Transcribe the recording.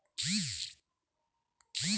कर्ज परतफेडीचे किती हप्ते थकले तर चालू शकतात?